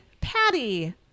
Patty